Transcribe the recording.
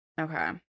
Okay